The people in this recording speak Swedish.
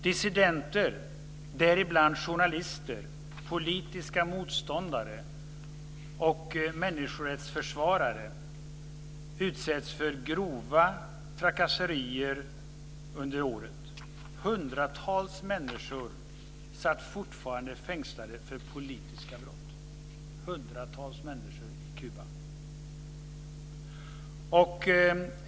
Dissidenter, däribland journalister, politiska motståndare och människorättsförsvarare, utsattes för grova trakasserier under året. Hundratals människor satt fortfarande fängslade för politiska brott.